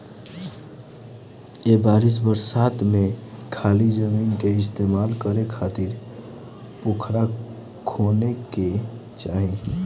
ए बरिस बरसात में खाली जमीन के इस्तेमाल करे खातिर पोखरा खोने के चाही